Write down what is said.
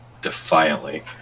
defiantly